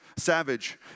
Savage